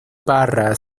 parra